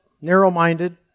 narrow-minded